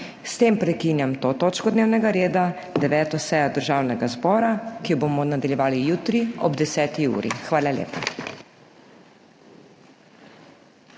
S tem prekinjam to točko dnevnega reda in 9. sejo Državnega zbora, ki jo bomo nadaljevali jutri ob 10. uri. Hvala lepa.